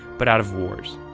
but out of wars.